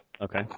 Okay